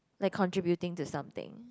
like contributing to something